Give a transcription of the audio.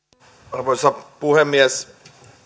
arvoisa puhemies